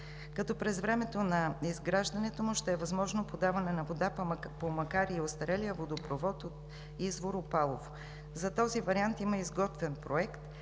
като през времето на изграждането му ще е възможно подаване на вода по макар и остарелия водопровод от извор „Опалово“. За този вариант има изготвен проект